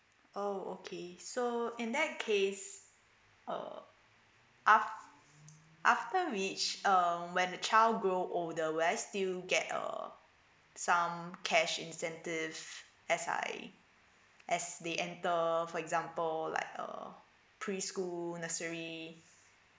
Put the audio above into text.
oh okay so in that case uh af~ after which um when the child grow older will I still get a some cash incentive as I as they entered for example or like a preschool nursery